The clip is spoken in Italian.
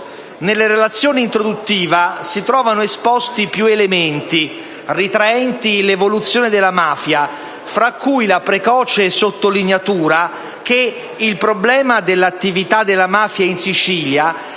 Nella relazione introduttiva si trovano esposti più elementi, ritraenti l'evoluzione della mafia, fra cui la precoce sottolineatura che «il problema dell'attività della mafia in Sicilia